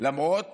למרות